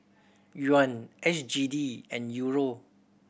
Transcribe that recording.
Yuan S G D and Euro